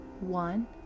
one